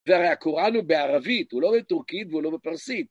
והרי הקוראן הוא בערבית, הוא לא בטורקית והוא לא בפרסית.